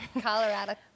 Colorado